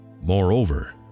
Moreover